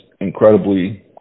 incredibly